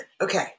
Okay